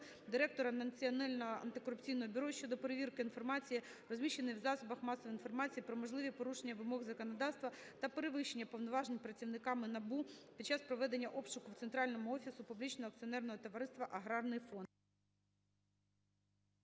директора Національного антикорупційного бюро щодо перевірки інформації, розміщеної у засобах масової інформації, про можливі порушення вимог законодавства та перевищення повноважень працівниками НАБУ під час проведення обшуку у центральному офісі публічного акціонерного товариства "Аграрний фонд".